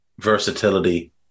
versatility